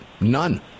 None